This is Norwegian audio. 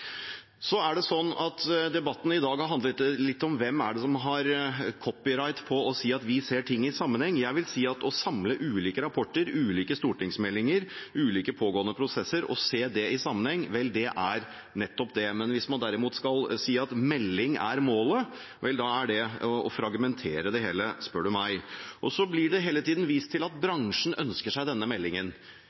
Debatten i dag har handlet litt om hvem som har copyright på å si at vi ser ting i sammenheng. Jeg vil si at å samle ulike rapporter, ulike stortingsmeldinger, ulike pågående prosesser og se dem i sammenheng – vel, det er nettopp det. Hvis man derimot skal si at melding er målet, er det å fragmentere det hele, spør du meg. Så blir det hele tiden vist til at bransjen ønsker seg denne meldingen.